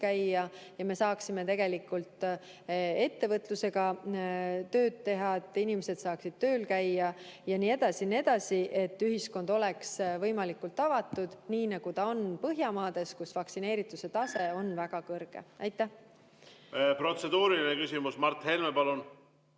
käia ja me saaksime tegelikult ettevõtluses tööd teha, et inimesed saaksid tööl käia jne – et ühiskond oleks võimalik avatud, nii nagu ta on Põhjamaades, kus vaktsineerituse tase on väga kõrge. Aitäh!